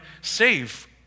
save